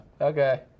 Okay